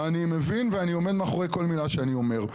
אני מבין ואני עומד מאחורי כל מילה שאני אומר.